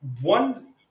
one